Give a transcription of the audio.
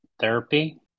therapy